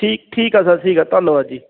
ਠੀਕ ਠੀਕ ਆ ਠੀਕ ਆ ਸਰ ਧੰਨਵਾਦ ਜੀ